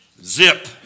Zip